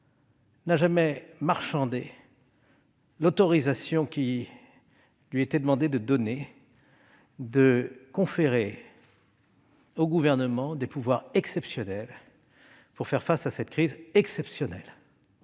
n'a jamais marchandé l'autorisation qui lui était demandée de conférer au Gouvernement des pouvoirs exceptionnels pour faire face à cette crise exceptionnelle.